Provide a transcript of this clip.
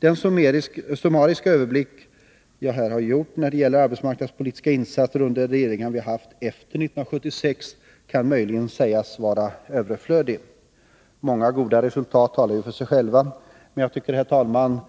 Den summariska överblick som jag här har gjort när det gäller arbetsmarknadspolitiska insatser under de regeringar vi haft efter 1976 kan möjligen sägas vara överflödig. Många goda resultat talar för sig själva, men jag tycker, herr talman,